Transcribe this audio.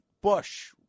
Bush